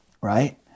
Right